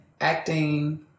acting